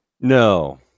No